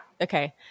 Okay